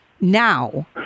now